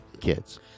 kids